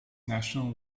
national